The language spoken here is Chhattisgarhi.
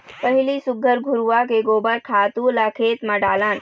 पहिली सुग्घर घुरूवा के गोबर खातू ल खेत म डालन